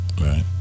Right